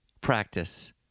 practice